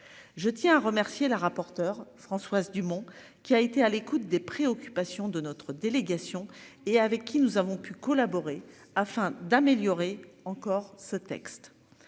Je tiens à remercier la rapporteure Françoise Dumont qui a été à l'écoute des préoccupations de notre délégation et avec qui nous avons pu collaborer afin d'améliorer encore ce texte.